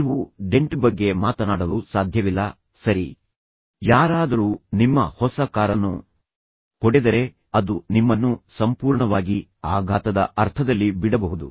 ನೀವು ಡೆಂಟ್ ಬಗ್ಗೆ ಮಾತನಾಡಲು ಸಾಧ್ಯವಿಲ್ಲ ಸರಿ ಯಾರಾದರೂ ನಿಮ್ಮ ಹೊಸ ಕಾರನ್ನು ಹೊಡೆದರೆ ಅದು ನಿಮ್ಮನ್ನು ಸಂಪೂರ್ಣವಾಗಿ ಆಘಾತದ ಅರ್ಥದಲ್ಲಿ ಬಿಡಬಹುದು